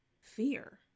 fear